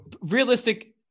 realistic